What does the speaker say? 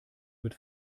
wird